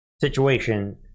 situation